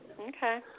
Okay